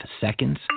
seconds